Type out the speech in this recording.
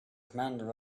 commander